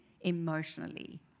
emotionally